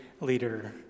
leader